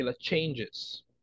changes